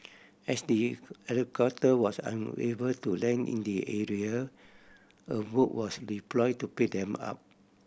as the helicopter was unable to land in the area a boat was deploy to pick them up